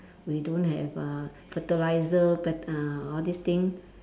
we don't have uh fertiliser fert~ uh all this thing